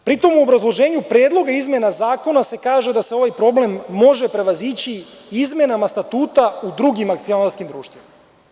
U obrazloženju predloga izmena i dopuna Zakona se kaže da se ovaj problem može prevazići izmenama statuta u drugim akcionarskim društvima.